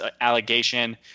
allegation